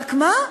רק מה?